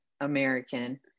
American